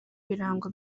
ibirango